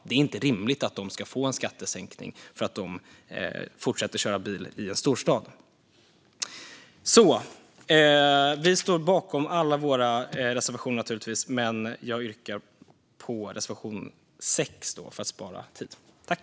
Det är inte rimligt att de ska få en skattesänkning för att de fortsätter att köra bil i en storstad. Vi står naturligtvis bakom alla våra reservationer, men för att spara tid yrkar jag bifall endast till reservation 6.